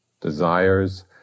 desires